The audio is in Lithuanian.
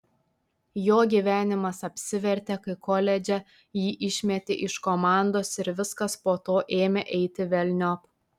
jo gyvenimas apsivertė kai koledže jį išmetė iš komandos ir viskas po to ėmė eiti velniop